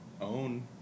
Own